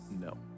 no